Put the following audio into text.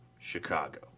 Chicago